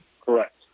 Correct